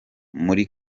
muri